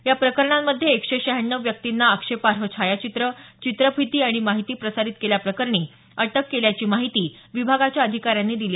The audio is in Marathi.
या प्रकरणांमधे एकशे श्यहाण्णव व्यक्तींना आक्षेपार्ह छायाचित्र चित्रफिती आणि माहिती प्रसारित केल्या प्रकरणी अटक केल्याची माहिती विभागाच्या अधिकाऱ्यांनी दिली